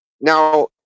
Now